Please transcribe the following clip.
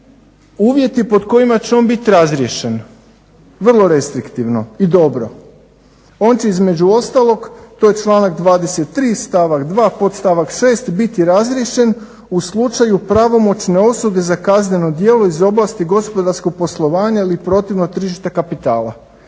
uvjeti pod kojim će on biti razriješen, vrlo restriktivno i dobro. On će između ostalog to je članak 23. stavak 2. podstavak 6. biti razriješen u slučaju pravomoćne osude za kazneno djelo iz oblasti gospodarskog poslovanja ili protiv na tržište kapitala.